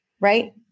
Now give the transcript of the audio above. right